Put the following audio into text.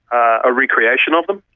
a recreation of them?